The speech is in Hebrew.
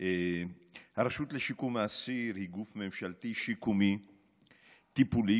הרשות לשיקום האסיר היא גוף ממשלתי שיקומי טיפולי,